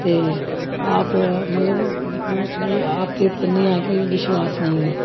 ते आप मतलब आपके उपर नेईं ऐ कि विश्वास नेईं ऐ